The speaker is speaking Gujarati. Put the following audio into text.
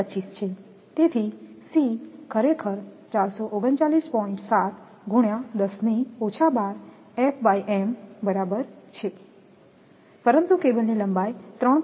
25 છે તેથી C ખરેખર બરાબર છેપરંતુ કેબલની લંબાઈ 3